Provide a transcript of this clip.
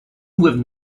with